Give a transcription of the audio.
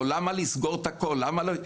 או למה לסגור את הכול מוקדם?